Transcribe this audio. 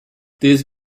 these